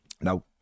no